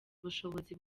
ubushobozi